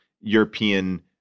European